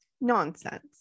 Nonsense